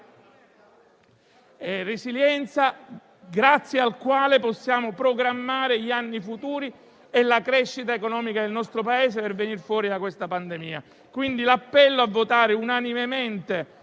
resilienza, grazie al quale possiamo programmare gli anni futuri e la crescita economica del nostro Paese per venire fuori da questa pandemia. Faccio quindi un appello a votare unanimemente